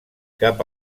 cap